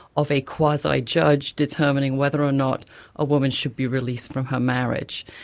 of a quasi-judge determining whether or not a woman should be released from her marriage,